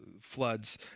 floods